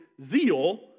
zeal